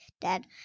Dad